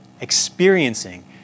experiencing